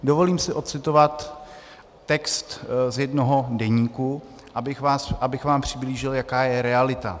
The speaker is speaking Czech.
Dovolím si ocitovat text z jednoho deníku, abych vám přiblížil, jaká je realita.